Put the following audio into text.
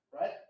Right